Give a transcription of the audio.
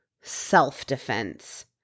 self-defense